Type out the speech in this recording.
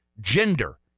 gender